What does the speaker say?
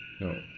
No